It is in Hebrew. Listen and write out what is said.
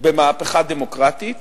במהפכה דמוקרטית